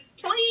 Please